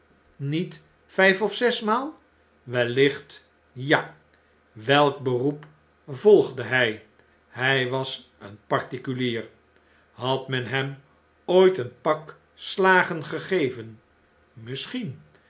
niet vjjf of zesmaal wellicht ja welk beroep volgde hjj hy was een particulier had men hem ooit een pak slagen gegeven misschien